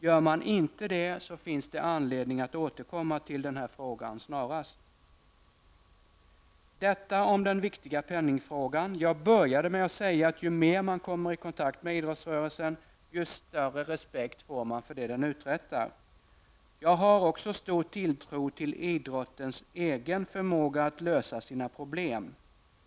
Gör man inte det finns det anledning att snarast återkomma till den här frågan. Detta om den viktiga penningfrågan. Jag började med att säga att ju mer man kommer i kontakt med idrottsrörelsen, desto större respekt får man för det den uträttar. Jag har också stor tilltro till idrottens egen förmåga att lösa sina problem.